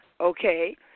okay